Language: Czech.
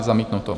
Zamítnuto.